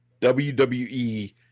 WWE